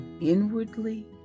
inwardly